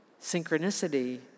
Synchronicity